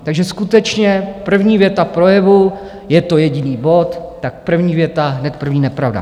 Takže skutečně první věta projevu, je to jediný bod, tak první věta hned první nepravda.